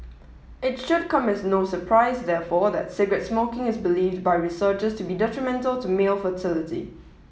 it should come as no surprise therefore that cigarette smoking is believed by researchers to be detrimental to male fertility